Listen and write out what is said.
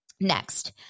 next